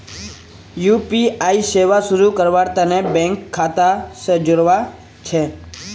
UPI सेवा शुरू करवार तने बैंक खाता स जोड़वा ह छेक